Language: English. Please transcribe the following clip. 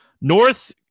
North